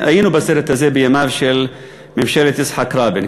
היינו בסרט הזה בימיה של ממשלת יצחק רבין.